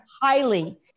highly